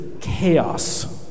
chaos